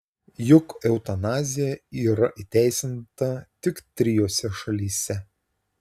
juk eutanazija yra įteisinta tik trijose šalyse